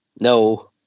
No